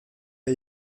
der